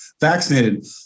vaccinated